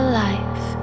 life